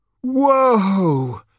Whoa